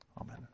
Amen